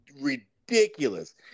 ridiculous